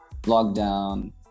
lockdown